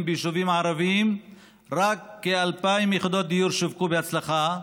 בישובים הערביים רק כ-2,000 יחידות דיור שווקו בהצלחה,